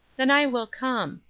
then i will come.